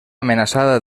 amenaçada